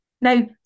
now